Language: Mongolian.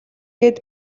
гээд